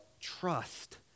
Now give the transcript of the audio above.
trust